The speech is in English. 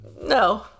no